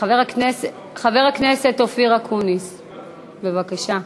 חבר הכנסת אופיר אקוניס, בבקשה.